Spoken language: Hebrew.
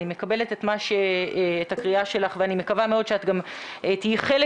אני מקבלת את הקריאה שלך ואני מקווה מאוד שאת גם תהיי חלק